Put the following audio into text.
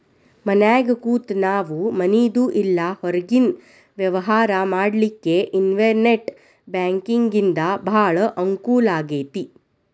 ಮನ್ಯಾಗ್ ಕೂತ ನಾವು ಮನಿದು ಇಲ್ಲಾ ಹೊರ್ಗಿನ್ ವ್ಯವ್ಹಾರಾ ಮಾಡ್ಲಿಕ್ಕೆ ಇನ್ಟೆರ್ನೆಟ್ ಬ್ಯಾಂಕಿಂಗಿಂದಾ ಭಾಳ್ ಅಂಕೂಲಾಗೇತಿ